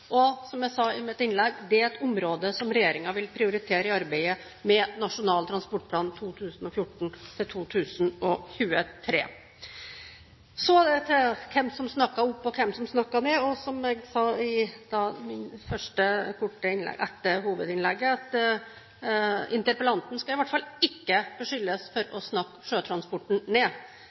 Som jeg sa i mitt innlegg, er det et område som regjeringen vil prioritere i arbeidet med Nasjonal transportplan 2014–2023. Så til hvem som snakker opp, og hvem som snakker ned. Som jeg sa i mitt første korte innlegg etter hovedinnlegget: Interpellanten skal i hvert fall ikke beskyldes for å snakke sjøtransporten ned.